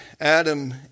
Adam